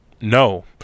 No